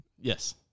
Yes